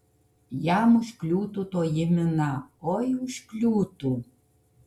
jam užkliūtų toji mina oi užkliūtų